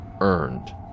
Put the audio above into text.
earned